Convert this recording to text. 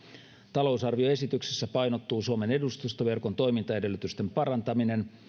talousarvioesityksessä painottuvat suomen edustustoverkon toimintaedellytysten parantaminen